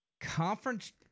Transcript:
conference